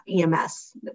EMS